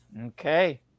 Okay